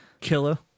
Killer